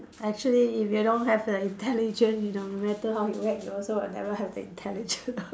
actually if you don't have the intelligence no matter how you whack you also will never have the intelligence